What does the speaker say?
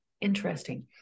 Interesting